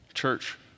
church